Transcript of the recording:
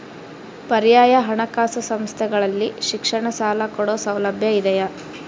ಪರ್ಯಾಯ ಹಣಕಾಸು ಸಂಸ್ಥೆಗಳಲ್ಲಿ ಶಿಕ್ಷಣ ಸಾಲ ಕೊಡೋ ಸೌಲಭ್ಯ ಇದಿಯಾ?